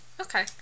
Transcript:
Okay